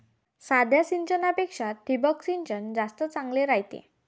साध्या सिंचनापेक्षा ठिबक सिंचन जास्त चांगले रायते